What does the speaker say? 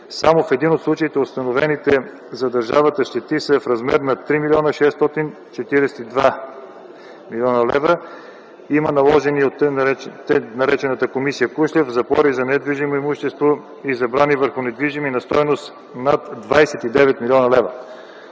Само в един от случаите установените за държавата щети са в размер на 3 млн. 642 хил. лв.; - има наложени от така наречената Комисия „Кушлев” запори за недвижимо имущество и забрани върху недвижими на стойност над 29 млн. лв.